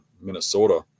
minnesota